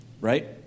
right